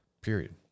period